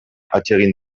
atsegin